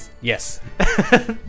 Yes